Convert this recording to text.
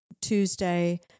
Tuesday